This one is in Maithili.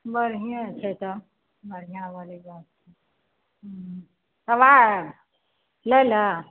बढ़िएँ छै तऽ बढ़िआँवाली बात छै ह्म्म तब आयब लै लेल